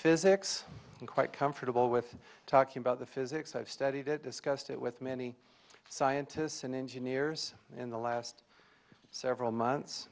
physics i'm quite comfortable with talking about the physics i've studied it discussed it with many scientists and engineers in the last several months